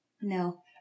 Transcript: No